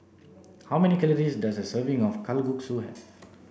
how many calories does a serving of Kalguksu